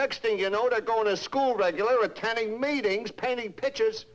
next thing you know to go to school regular attending meetings painting pictures